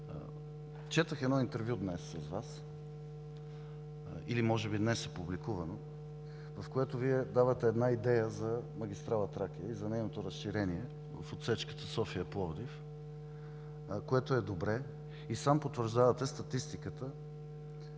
Четох едно интервю днес с Вас или може би днес е публикувано, в което давате идея за магистрала „Тракия“ и за нейното разширение в отсечката София – Пловдив, което е добре и сам потвърждавате статистиката,